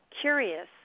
curious